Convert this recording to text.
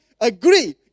agree